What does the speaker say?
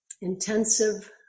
intensive